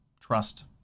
trust